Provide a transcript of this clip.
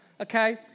Okay